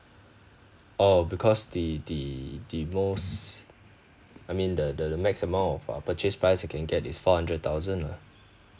orh because the the the most I mean the the the maximum of our purchase price we can get is four hundred thousand lah